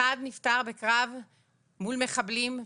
אחד נפטר בקרב מול מחבלים,